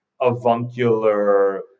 avuncular